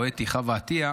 או אתי חוה עטייה,